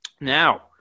Now